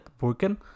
working